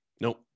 Nope